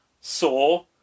Saw